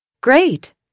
Great